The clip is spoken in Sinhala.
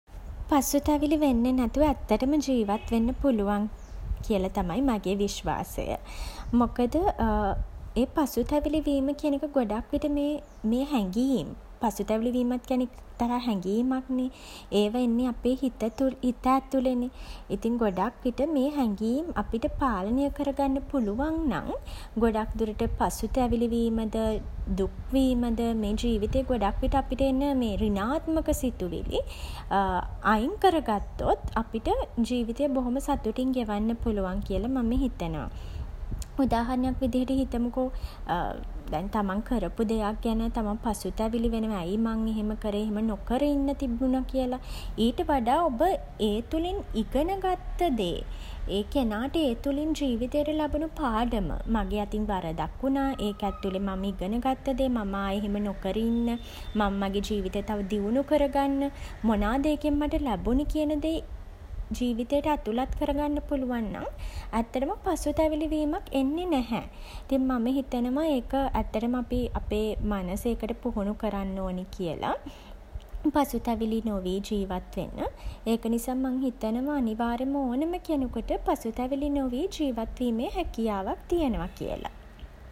පසුතැවිලි වෙන්නේ නැතුව ඇත්තටම ජීවත් වෙන්න පුළුවන් කියල තමයි මගේ විශ්වාසය. මොකද ඒ පසුතැවිලි වීම කියන එක ගොඩක් විට මේ මේ හැඟීම් පසුතැවිලි වීමත් කියන්නෙ එක්තරා හන්ගිමක්නේ. ඒවා එන්නේ අපේ හිත ඇතුළෙනේ. ඉතින් ගොඩක් විට මේ හැඟීම් අපිට පාලනය කරගන්න පුළුවන් නම් ගොඩක් දුරට පසුතැවිලි වීමද දුක් වීමද මේ ජීවිතේ ගොඩක් විට අපිට එන සෘනාත්මක සිතුවිලි අයින් කරගත්තොත් අපිට ජීවිතය බොහොම සතුටින් ගෙවන්න පුළුවන් කියල මම හිතනවා. උදාහරණයක් විදියට හිතමුකෝ දැන් තමන් කරපු දෙයක් ගැන තමන් පසුතැවිලි වෙනවා ඇයි මං එහෙම කරේ එහෙම නොකර ඉන්න තිබුණා කියලා. ඊට වඩා ඔබ ඒ තුළින් ඉගෙන ගත්ත දේ ඒ කෙනාට ඒ තුළින් ජීවිතයට ලැබුණ පාඩම. මගේ අතින් වරදක් වුණා ඒක ඇතුළෙ මම ඉගෙන ගත්ත දේ මම ආයේ එහෙම නොකර ඉන්න මං මගේ ජීවිතේ තව දියුණු කරගන්න මොනාද ඒකෙන් මට ලැබුණෙ කියන දේ ජීවිතේට ඇතුළත් කරගන්න පුළුවන් නම් ඇත්තටම පසුතැවිලි වීමක් එන්නේ නැහැ. ඉතින් මම හිතනවා ඒක ඇත්තටම අපි අපේ මනස ඒකට පුහුණු කරන්න ඕනේ කියලා. පසුතැවිලි නොවී ජීවත් වෙන්න. ඒක නිසා මං හිතනවා අනිවාර්යෙන්ම ඕන කෙනෙකුට පසුතැවිලි නොවී ජීවත් වීමේ හැකියාවක් තියෙනව කියලා.